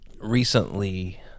recently